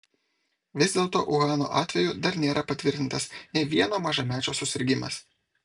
vis dėlto uhano atveju dar nėra patvirtintas nė vieno mažamečio susirgimas